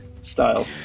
style